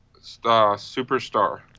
Superstar